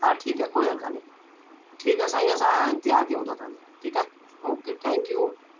हा ठीकु आहे कोई ॻाल्हि कोन्हे ठीकु आहे साईं असां इंतिज़ार कियूं था तव्हांजो ओके थैंक यू